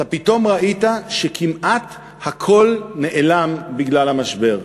אתה פתאום ראית שכמעט הכול נעלם בגלל המשבר.